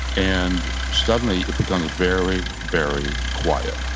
and suddenly, it becomes very, very quiet